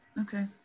Okay